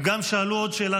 הם גם שאלו עוד שאלה,